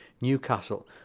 Newcastle